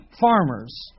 farmers